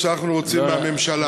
ועכשיו אנחנו רוצים מהממשלה.